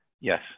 Yes